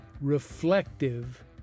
reflective